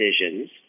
decisions